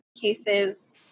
cases